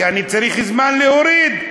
כי אני צריך זמן להוריד.